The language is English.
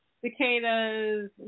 cicadas